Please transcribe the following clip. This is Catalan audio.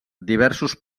diversos